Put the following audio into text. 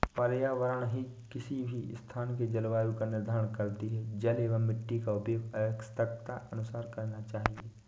पर्यावरण ही किसी भी स्थान के जलवायु का निर्धारण करती हैं जल एंव मिट्टी का उपयोग आवश्यकतानुसार करना चाहिए